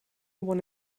one